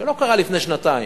שלא קרה לפני שנתיים,